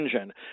engine